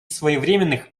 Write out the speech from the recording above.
своевременных